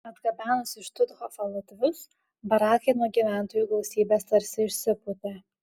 atgabenus į štuthofą latvius barakai nuo gyventojų gausybės tarsi išsipūtė